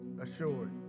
assured